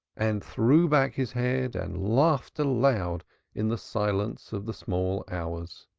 and threw back his head and laughed aloud in the silence of the small hours.